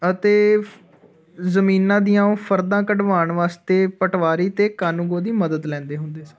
ਅਤੇ ਜ਼ਮੀਨਾਂ ਦੀਆਂ ਉਹ ਫਰਦਾਂ ਕਢਵਾਉਣ ਵਾਸਤੇ ਪਟਵਾਰੀ ਅਤੇ ਕਾਨੂੰਗੋ ਦੀ ਮਦਦ ਲੈਂਦੇ ਹੁੰਦੇ ਸੀ